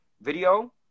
video